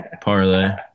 parlay